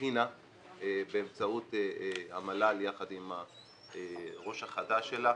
הכינה באמצעות המל"ל יחד עם הראש החדש שלה,